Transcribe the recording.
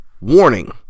Warning